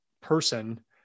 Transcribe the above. person